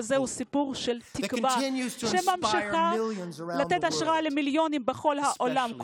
הוא סיפור של תקווה שממשיכה לתת השראה למיליונים בכל העולם,